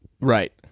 right